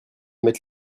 mette